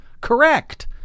Correct